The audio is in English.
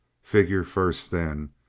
figure first, then,